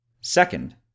Second